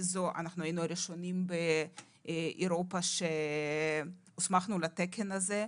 אנחנו היינו הראשונים באירופה שהוסמכנו לתקן הזה.